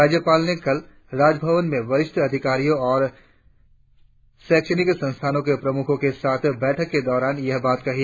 राज्यपाल ने कल राजभवन में वरिष्ठ अधिकारियों और शैक्षणिक संस्थानों के प्रमुखों के साथ बैठक के दौरान यह बात कही